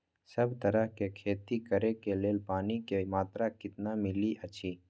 सब तरहक के खेती करे के लेल पानी के मात्रा कितना मिली अछि?